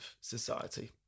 society